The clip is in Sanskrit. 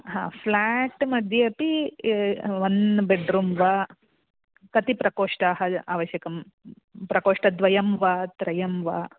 हा फ़्लाट्मध्ये अपि वन् बेड्रूं वा कति प्रकोष्ठाः आवश्यकं प्रकोष्ठद्वयं वा त्रयं वा